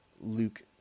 Luke